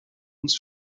uns